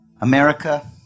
America